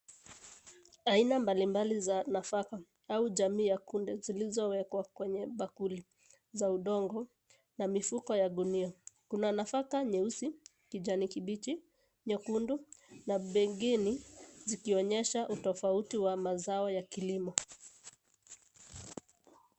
Aina mbalimbali za nafaka au jamii ya kunde zilizowekwa kwenye bakuli za udongo na mifuko ya gunia. Kuna nafaka nyeusi, kijani kibichi, nyekundu na bengeni zikionyesha utofauti wa mazao ya kilimo.